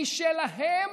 משלהם,